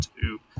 two